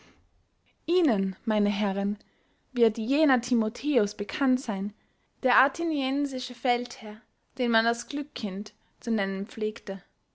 ihnen meine herren wird jener timotheus bekannt seyn der atheniensische feldherr den man das glückkind zu nennen pflegte